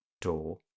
door